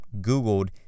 Googled